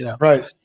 Right